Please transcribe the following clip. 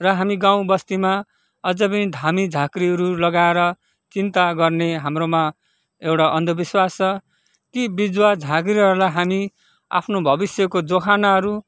र हामी गाउँ बस्तीमा अझ पनि धामी झाँक्रीहरू लगाएर चिन्ता गर्ने हाम्रोमा एउटा अन्धविश्वास छ ती बिजुवा झाँक्रीहरूलाई हामी आफ्नो भविष्यको जोखानाहरू